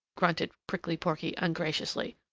grunted prickly porky ungraciously.